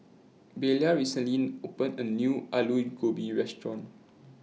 Belia recently opened A New Alu Gobi Restaurant